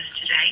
today